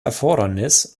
erfordernis